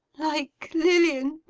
like lilian,